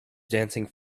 dancing